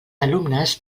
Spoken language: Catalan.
alumnes